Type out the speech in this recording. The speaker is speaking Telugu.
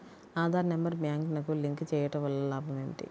ఆధార్ నెంబర్ బ్యాంక్నకు లింక్ చేయుటవల్ల లాభం ఏమిటి?